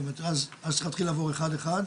כי באמת אז צריך לעבור אחד אחד.